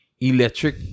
electric